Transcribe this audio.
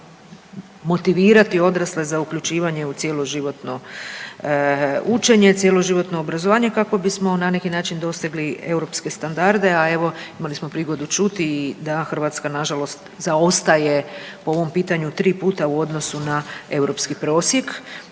Motivirati odrasle za uključivanje u cjeloživotno učenje, cjeloživotno obrazovanje kako bismo na neki način dosegli europske standarde. A evo imali smo prigodu čuti i da Hrvatska nažalost zaostaje po ovom pitanju 3 puta u odnosu na europski prosjek.